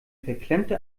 verklemmte